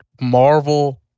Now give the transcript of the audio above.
marvel